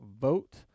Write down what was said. vote